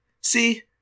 See